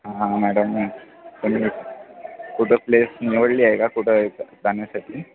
हा हां मॅडम तुम्ही कुठं प्लेस निवडली आहे का कुठं जाण्यासाठी